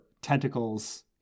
tentacles